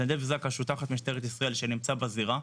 מתנדב זק"א שהוא תחת משטרת ישראל שנמצא בזירה,